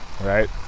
right